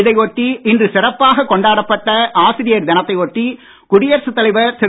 இதையொட்டி இன்று சிறப்பாக கொண்டாடப்பட்ட ஆசிரியர் தினத்தையொட்டி குடியரசுத் தலைவர் திரு